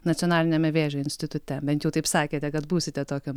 nacionaliniame vėžio institute bent jau taip sakėte kad būsite tokiu